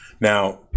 Now